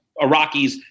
Iraqis